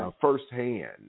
firsthand